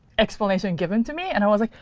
explanation given to me. and i was like,